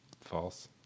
False